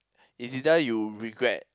its either you regret